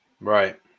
Right